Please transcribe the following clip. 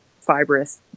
fibrous